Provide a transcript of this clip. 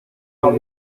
con